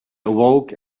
awoke